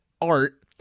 art